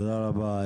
תודה רבה.